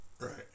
Right